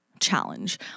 challenge